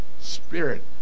Spirit